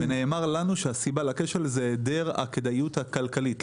נאמר לנו שהסיבה לכשל זה היעדר הכדאיות הכלכלית.